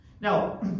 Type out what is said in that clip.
Now